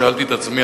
שאלתי את עצמי,